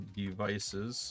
devices